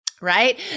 right